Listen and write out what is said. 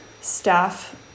staff